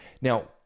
now